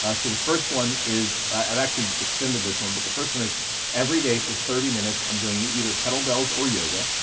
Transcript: ah so the first one is, i've actually extended this one, but the first one is every day for thirty minutes, i'm doing either kettlebells or yoga.